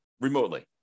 remotely